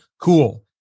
cool